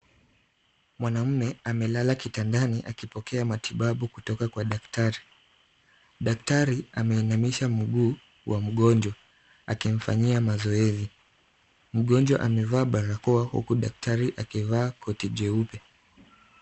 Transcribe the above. Mwanamume amelala kitandani akipokea matibabu kutoka kwa daktari. Daktari ameinamisha mguu wa mgonjwa akimfanyia mazoezi. Mgonjwa amevaa barakoa huku daktari akivaa koti jeupe.